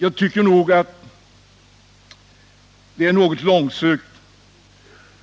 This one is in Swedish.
Jag tycker att det är något långsökt